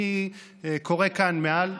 אני קורא כאן מעל,